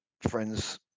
friends